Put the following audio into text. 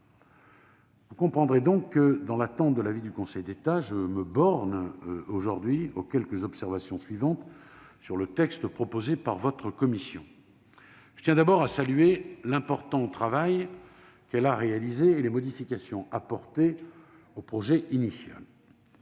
les sénateurs, que dans l'attente de cet avis du Conseil d'État, je me borne aujourd'hui aux quelques observations suivantes sur le texte proposé par votre commission. Je tiens d'abord à saluer l'important travail réalisé par ses soins et les modifications apportées au projet initial.